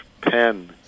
pen